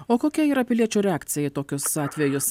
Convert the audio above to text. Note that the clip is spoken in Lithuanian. o kokia yra piliečių reakcija į tokius atvejus